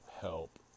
help